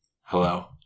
Hello